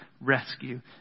rescue